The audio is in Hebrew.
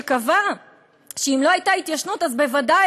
שקבע שאם לא הייתה התיישנות אז בוודאי